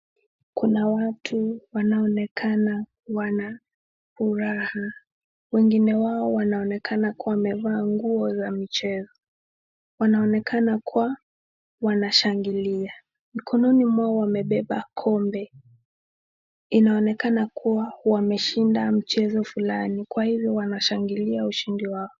Kuna watu wanaoneka wana furaha. Wengine wao wanaonekana kua wamevaa nguo za michezo, wanaonekana kua wanashangilia. Mkononi mwao wamebeba kombe. Inaonekana kua wameshinda mchezo fulani kwa hivyo wanashangilia ushindi wao.